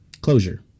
closure